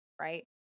right